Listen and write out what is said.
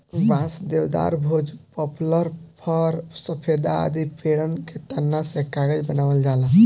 बांस, देवदार, भोज, पपलर, फ़र, सफेदा आदि पेड़न के तना से कागज बनावल जाला